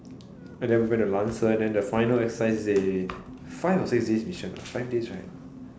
and then we went to lancer then the final exercise they five or six days mission five days right